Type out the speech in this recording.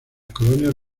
colonias